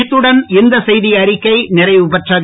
இத்துடன் இந்த செய்திஅறிக்கை நிறைவுபெறுகிறது